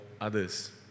others